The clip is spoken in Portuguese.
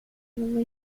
uma